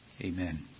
Amen